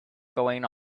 going